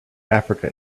africa